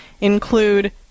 include